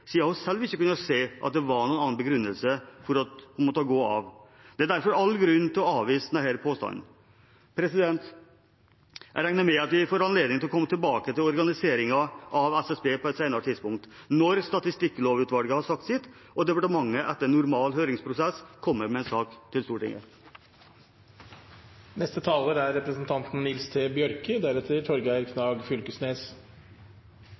selv ikke kunne se at det var noen annen begrunnelse for at hun måtte gå av. Det er derfor all grunn til å avvise denne påstanden. Jeg regner med at vi får anledning til å komme tilbake til organiseringen av SSB på et senere tidspunkt, når Statistikklovutvalget har sagt sitt og departementet etter normal høringsprosess kommer med en sak til Stortinget.